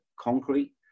concrete